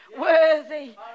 worthy